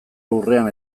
lurrean